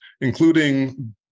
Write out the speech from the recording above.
including